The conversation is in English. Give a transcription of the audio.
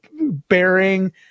bearing